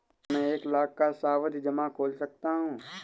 क्या मैं एक लाख का सावधि जमा खोल सकता हूँ?